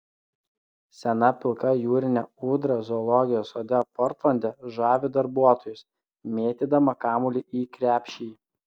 sena pilka jūrinė ūdra zoologijos sode portlande žavi darbuotojus mėtydama kamuolį į krepšį